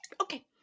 Okay